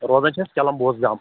روزَان چھِ أسۍ کیٚلم بوز گام